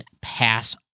Pass